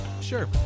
Sure